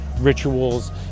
rituals